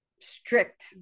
strict